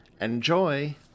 Enjoy